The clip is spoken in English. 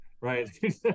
right